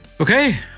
Okay